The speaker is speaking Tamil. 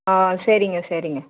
ஆ சரிங்க சரிங்க